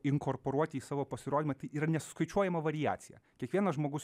inkorporuoti į savo pasirodymą tai yra nesuskaičiuojama variacija kiekvienas žmogus